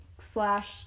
slash